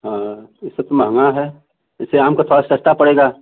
हाँ इससे तो महंगा है इससे आम का थोड़ा सस्ता पड़ेगा